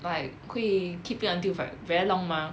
like 会 keep it until for like very long mah